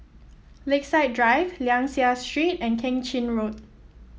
Lakeside Drive Liang Seah Street and Keng Chin Road